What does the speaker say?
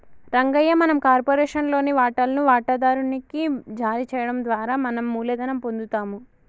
రంగయ్య మనం కార్పొరేషన్ లోని వాటాలను వాటాదారు నికి జారీ చేయడం ద్వారా మనం మూలధనం పొందుతాము